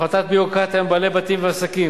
הפחתת ביורוקרטיה מבעלי בתים ועסקים,